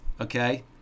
Okay